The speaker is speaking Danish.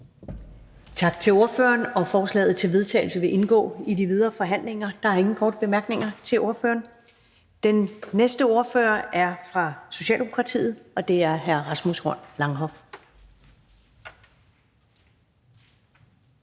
Tak til ordføreren. Det fremsatte forslag til vedtagelse vil indgå i de videre forhandlinger. Der er ingen korte bemærkninger til ordføreren. Den næste ordfører er fra Socialdemokratiet, og det er hr. Rasmus Horn Langhoff.